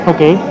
Okay